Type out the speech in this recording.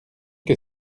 que